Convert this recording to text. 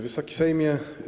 Wysoki Sejmie!